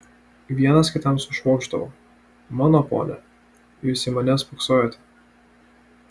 vienas kitam sušvokšdavo mano pone jūs į mane spoksojote